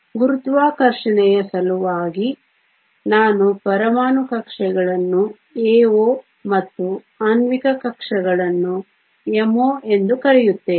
ಗುರುತ್ವಾಕರ್ಷಣೆಯ ಸಲುವಾಗಿ ನಾನು ಪರಮಾಣು ಕಕ್ಷೆಗಳನ್ನು AO ಮತ್ತು ಆಣ್ವಿಕ ಕಕ್ಷೆಗಳನ್ನು MO ಎಂದು ಕರೆಯುತ್ತೇನೆ